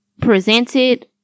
presented